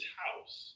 house